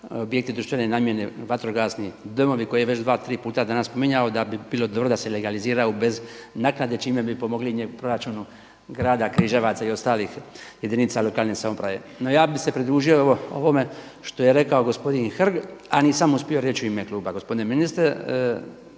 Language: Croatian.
objekti društvene namjene, vatrogasni domovi koji već dva, tri puta danas spominjao da bi bilo dobro legaliziraju bez naknade čime bi pomogli proračunu grada Križevaca i ostalih jedinica lokalne samouprave. No, ja bih se pridružio i ovome što je rekao gospodin Hrg, a nisam uspio reći u ime kluba. Gospodine ministre,